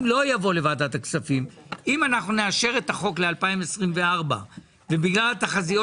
אם אנחנו נאשר את החוק ל-2024 ובגלל התחזיות